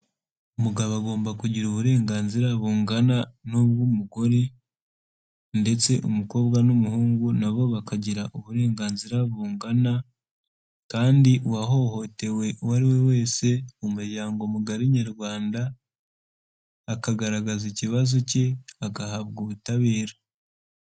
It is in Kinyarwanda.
Umugabo agomba kugira uburenganzira bungana n'ubw'umugore ndetse umukobwa n'umuhungu nabo bakagira uburenganzira bungana, kandi uwahohotewe uwo ariwe wese mu muryango mugari nyarwanda akagaragaza ikibazo cye agahabwa ubutabera.